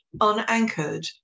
unanchored